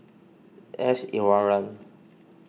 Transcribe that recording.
S Iswaran